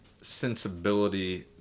sensibility